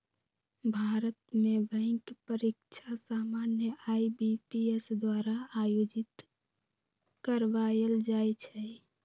भारत में बैंक परीकछा सामान्य आई.बी.पी.एस द्वारा आयोजित करवायल जाइ छइ